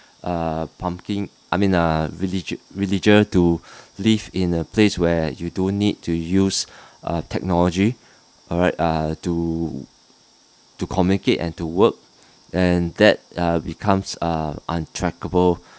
err pumpkin I mean err relig~ religion to live in a place where you don't need to use uh technology alright err to to communicate and to work and that uh become err untrackable